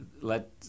let